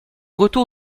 retour